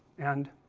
and